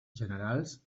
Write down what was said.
generals